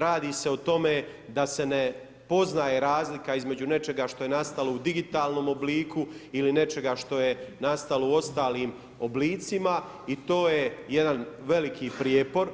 Radi se o tome da se ne poznaje razlika između nečega što je nastalo u digitalnom obliku ili nečega što je nastalo u ostalim oblicima i to je jedan veliki prijepor